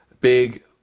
big